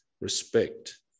respect